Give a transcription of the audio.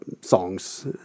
songs